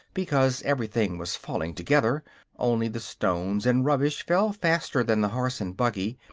because everything was falling together only the stones and rubbish fell faster than the horse and buggy,